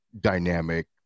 dynamic